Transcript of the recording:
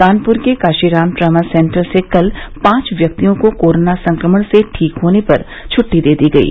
कानपुर के Kashiram trauma centre से कल पांच व्यक्तियों को कोरोना संक्रमण से ठीक होने पर छुट्टी दे दी गयी